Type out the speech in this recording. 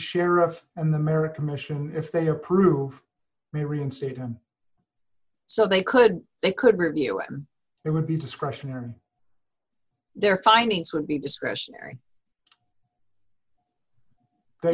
sheriff and the american mission if they approve it reinstate him so they could they could review it would be discretionary their findings would be discretionary they